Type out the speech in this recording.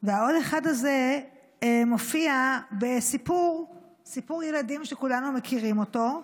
והעוד אחד הזה מופיע בסיפור ילדים שכולנו מכירים אותו,